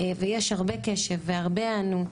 ויש הרבה קשב והרבה היענות.